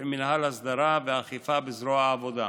עם מינהל הסדרה ואכיפה בזרוע העבודה.